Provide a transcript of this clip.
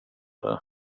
det